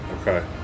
Okay